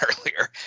earlier